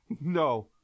No